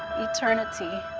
eternity.